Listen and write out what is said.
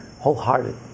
wholehearted